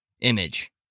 image